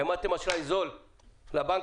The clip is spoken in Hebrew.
העמדתם אשראי זול לבנקים,